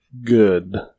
good